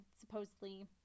Supposedly